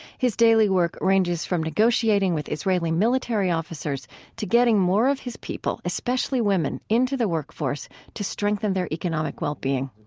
his daily work ranges from negotiating with israeli military officers to getting more of his people especially women into the work force, to strengthen their economic well-being.